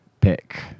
pick